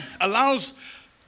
allows